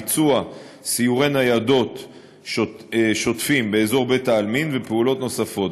ביצוע סיורי ניידות שוטפים באזור בית-העלמין ופעולות נוספות.